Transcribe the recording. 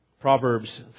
Proverbs